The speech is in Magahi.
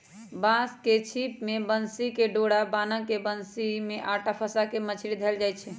बांस के छिप में बन्सी कें डोरा बान्ह् के बन्सि में अटा फसा के मछरि धएले जाइ छै